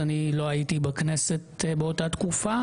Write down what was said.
לא הייתי בכנסת באותה תקופה,